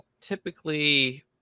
typically